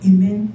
Amen